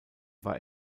war